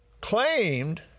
claimed